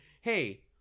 hey